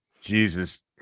Jesus